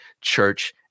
church